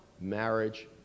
marriage